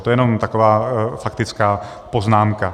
To jenom taková faktická poznámka.